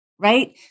Right